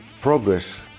progress